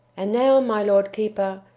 and now, my lord keeper,